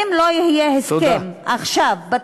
אם לא יהיה הסכם עכשיו, תודה.